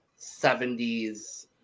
70s